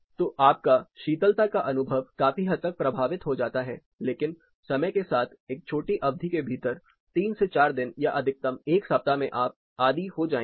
तो आपका शीतलता का अनुभव काफी हद तक प्रभावित हो जाता है लेकिन समय के साथ साथ एक छोटी अवधि के भीतर तीन से चार दिन या अधिकतम एक सप्ताह में आप आदी हो जाएंगे